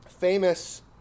famous